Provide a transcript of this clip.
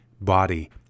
body